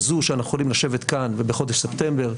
כזו שאנחנו יכולים לשבת כאן ובחודש ספטמבר,